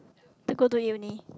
to go to uni